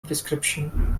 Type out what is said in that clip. prescription